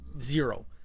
zero